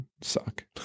suck